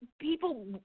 people